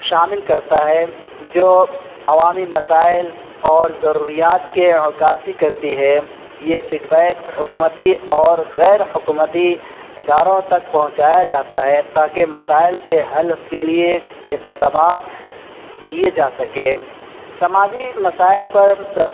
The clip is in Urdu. شامل کرتا ہے جو عوامی مسائل اور ضروریات کی عکاسی کرتی ہے یہ فیڈ بیک حکومتی اور غیر حکومتی اداروں تک پہنچایا جاتا ہے تاکہ مسائل کے حل کے لیے اقدامات کیے جا سکیں سماجی مسائل پر